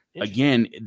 again